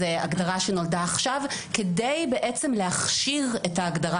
זו הגדרה שנולדה עכשיו כדי בעצם להכשיר את ההגדרה